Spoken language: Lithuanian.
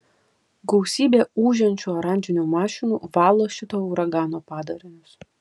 gausybė ūžiančių oranžinių mašinų valo šito uragano padarinius